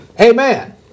Amen